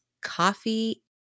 coffee